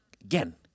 again